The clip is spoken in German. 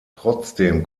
trotzdem